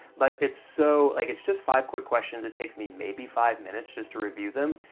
but it's so, like it's just five quick questions. it takes me maybe five minutes just to review them,